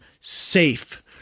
safe